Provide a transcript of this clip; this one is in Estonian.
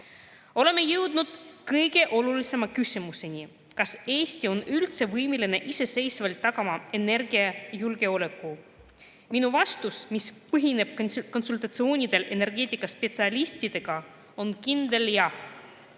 Oleme jõudnud kõige olulisema küsimuseni: kas Eesti on üldse võimeline iseseisvalt energiajulgeolekut tagama? Minu vastus, mis põhineb konsultatsioonidel energeetikaspetsialistidega, on kindel jaa.